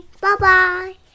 Bye-bye